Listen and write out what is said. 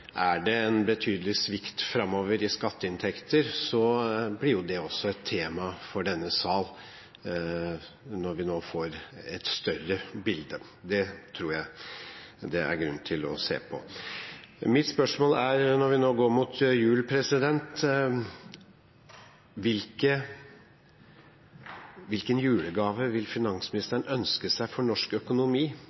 det er en betydelig svikt framover i skatteinntekter, blir det også et tema for denne sal når vi nå får et større bilde. Det tror jeg det er grunn til å se på. Mitt spørsmål når vi nå går mot jul, er: Hvilken julegave vil finansministeren ønske seg for norsk økonomi